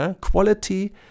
Quality